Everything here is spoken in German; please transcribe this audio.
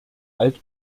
alt